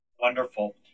Wonderful